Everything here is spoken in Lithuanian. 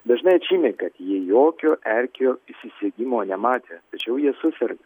dažnai atžymi kad jie jokio erkio įsisegimo nematė tačiau ji suserga